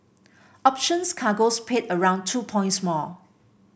options cargoes paid around two points more